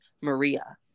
Maria